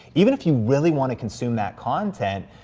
even if you really wanna consume that content,